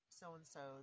so-and-so